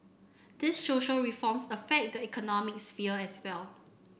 these social reforms affect the economic sphere as well